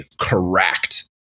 correct